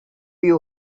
you